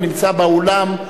הנמצא באולם,